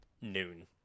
noon